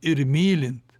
ir mylint